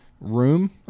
room